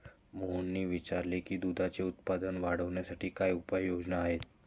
मोहनने विचारले की दुधाचे उत्पादन वाढवण्यासाठी काय उपाय योजना आहेत?